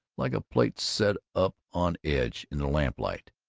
like a plate set up on edge in the lamplight.